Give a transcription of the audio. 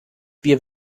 wir